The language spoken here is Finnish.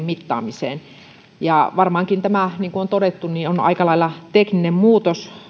mittaamiseen varmaankin tämä niin kuin on todettu on aika lailla tekninen muutos